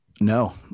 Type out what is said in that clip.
No